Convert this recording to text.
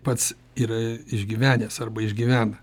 pats yra išgyvenęs arba išgyvena